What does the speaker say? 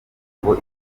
ngo